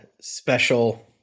special